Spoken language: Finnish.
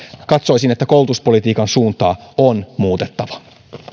katsoisin että koulutuspolitiikan suuntaa on muutettava